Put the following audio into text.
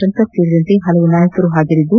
ಶಂಕರ್ ಸೇರಿದಂತೆ ಹಲವು ಮುಖಂಡರು ಹಾಜರಿದ್ದು